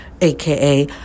AKA